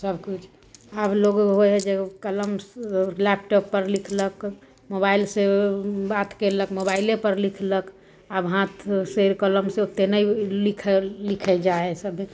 सब किछु आब लोग होइ हइ जे कलम लैपटॉप पर लिखलक मोबाइल सऽ बात केलक मोबाइले पर लिखलक आब हाथ से कलम से ओते नहि लिखल लिखै जाइ हइ सब